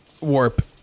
warp